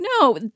no